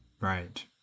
Right